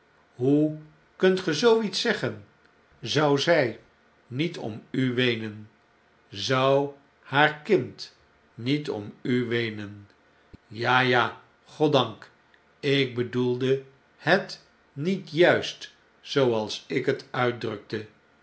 hoe kunt ge zoo iets zeggen zou z jj niet om u weenen zou haar kind niet om u weenen ja ja goddank ik bedoelde het niet juist zooals ik het uitdrukte